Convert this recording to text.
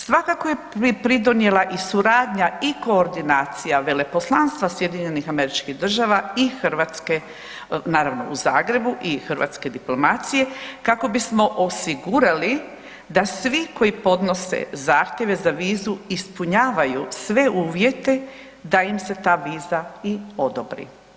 Svakako je pridonijela i suradnja i koordinacija veleposlanstva SAD-a i Hrvatske, naravno u Zagrebu i hrvatske diplomacije kako bismo osigurali da svi koji podnese zahtjeve za vizu, ispunjavaju sve uvjete da im se ta viza i odobri.